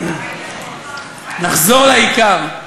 נחזור לעיקר.